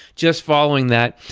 just following that.